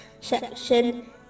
section